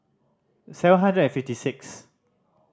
seven hundred and fifty six